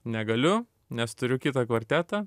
negaliu nes turiu kitą kvartetą